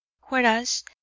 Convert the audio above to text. whereas